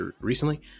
recently